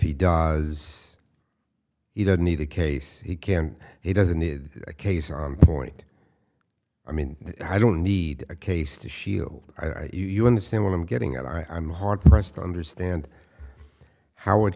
he does he don't need a case he can't he doesn't need a case or point i mean i don't need a case to shield you understand what i'm getting at i'm hard pressed to understand how it